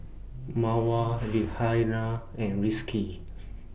Mawar Raihana and Rizqi